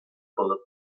bullet